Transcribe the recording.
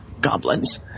goblins